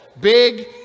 Big